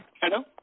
Hello